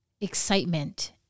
excitement